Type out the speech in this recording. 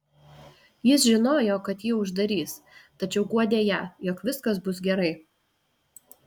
jis žinojo kad jį uždarys tačiau guodė ją jog viskas bus gerai